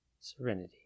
serenity